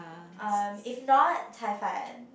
um if not 菜饭